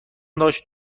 داشت